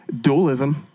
Dualism